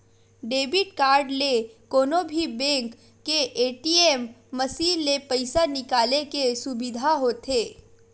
debit card ले कोनो भी बेंक के ए.टी.एम मसीन ले पइसा निकाले के सुबिधा होथे